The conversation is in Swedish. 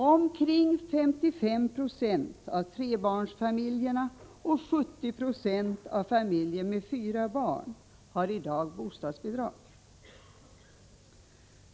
Omkring 55 26 av trebarnsfamiljerna och 70 96 av familjerna med fyra barn har i dag bostadsbidrag.